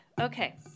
Okay